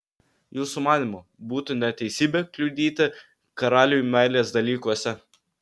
jūsų manymu būtų neteisybė kliudyti karaliui meilės dalykuose